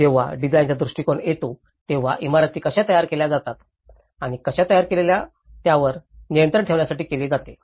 जेव्हा डिझाइनचा दृष्टीकोन येतो तेव्हा इमारती कशा तयार केल्या जातात आणि कशा तयार केल्या जातात यावर नियंत्रण ठेवण्यासाठी हे केले जाते